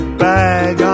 bag